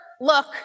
look